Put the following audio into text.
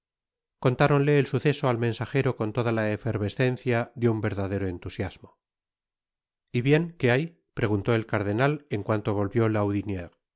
contáronle el suceso al mensagero con toda la efervescencia de un verdadero entusiasmo y bien qué hay preguntó el cardenal en cuanto volvió lahoudiniere